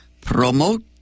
promote